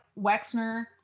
Wexner